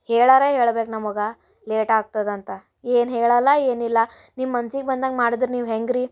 ಹೇಳರ ಹೇಳ್ಬೇಕು ನಮ್ಗೆ ಲೇಟ್ ಆಗ್ತದಂತ ಏನು ಹೇಳಲ್ಲ ಏನಿಲ್ಲ ನಿಮ್ಮ ಮನ್ಸಿಗೆ ಬಂದಂಗೆ ಮಾಡದ್ರ್ ನೀವು ಹೆಂಗೆ ರೀ